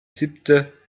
siebente